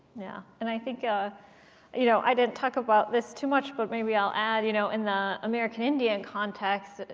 yeah. and i think ah you know, i didn't talk about this too much, but maybe i'll add you know in the american indian context,